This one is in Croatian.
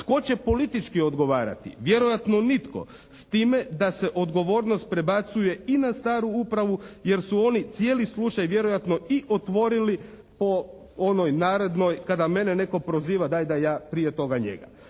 Tko će politički odgovarati? Vjerojatno nitko. S time da se odgovornost prebacuje i na staru upravu jer su oni cijeli slučaj vjerojatno i otvorili po onoj narodnoj kada mene netko proziva daj da ja prije toga njega.